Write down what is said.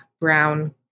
brown